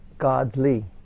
Godly